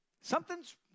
Something's